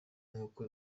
nk’uko